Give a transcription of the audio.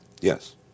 Yes